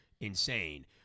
insane